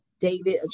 David